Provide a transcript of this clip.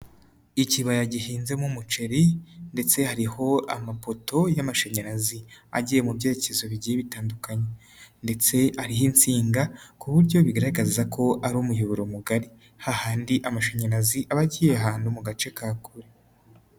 Ikibaya gihinzemo umuceri ndetse hariho amapoto y'amashanyarazi agiye mu byerekezo bigiye bitandukanye, ndetse ariho insinga ku buryo bigaragaza ko ari umuyoboro mugari, hahandi amashanyarazi aba agiye ahantu mu gace ka kure.